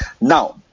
now